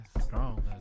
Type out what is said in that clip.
strong